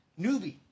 newbie